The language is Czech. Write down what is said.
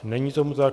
Není tomu tak.